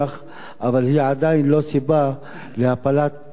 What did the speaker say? אבל היא עדיין לא סיבה להפלת ממשלת ישראל.